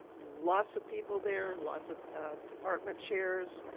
lots of people there, lots of department chairs,